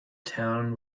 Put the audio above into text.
town